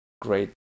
great